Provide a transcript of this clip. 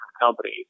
companies